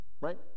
Right